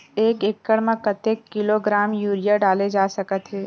एक एकड़ म कतेक किलोग्राम यूरिया डाले जा सकत हे?